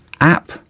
app